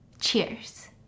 Cheers